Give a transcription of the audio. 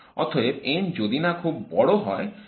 অতএব n যদি না খুব বড় হয় তখন এর সমতা আসেনা